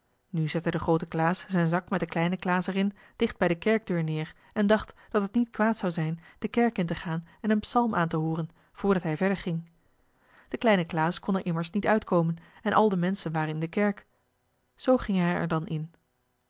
nu zette de groote klaas zijn zak met den kleinen klaas er in dicht bij de kerkdeur neer en dacht dat het niet kwaad zou zijn de kerk in te gaan en een psalm aan te hooren voordat hij verder ging de kleine klaas kon er immers niet uit komen en al de menschen waren in de kerk zoo ging hij er dan in